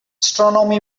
astronomy